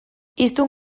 hiztun